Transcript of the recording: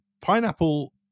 Pineapple